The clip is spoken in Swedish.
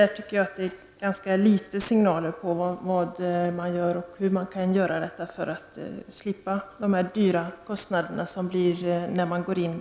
Jag tycker att det är få signaler på hur man kan lösa detta för att slippa de höga kostnader som uppstår när man går in